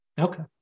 Okay